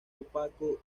opaco